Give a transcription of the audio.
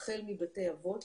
החל מבתי אבות.